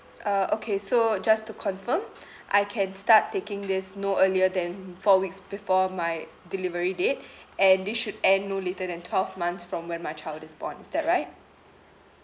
uh okay so just to confirm I can start taking this no earlier than four weeks before my delivery date and it should end no later than twelve months from when my child is born is that right